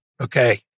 Okay